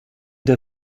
der